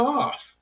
off